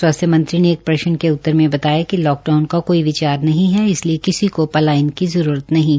स्वास्थ्य मंत्री ने एक प्रश्न के उत्तर में बताया कि लॉकडाउन का कोई विचार नहीं है इसलिए किसी को ैलायन की जरूरत नहीं है